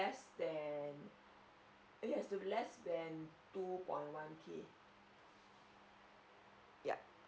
than it has to less than two point one K yup